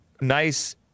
nice